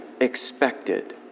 expected